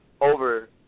over